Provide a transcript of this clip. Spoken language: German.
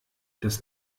das